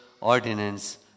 ordinance